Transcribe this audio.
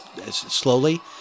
slowly